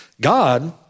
God